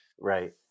Right